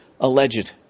alleged